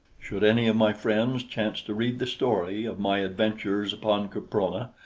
should any of my friends chance to read the story of my adventures upon caprona,